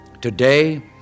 Today